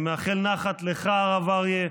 אני מאחל נחת לך, הרב אריה,